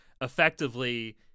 effectively